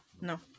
No